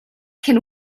can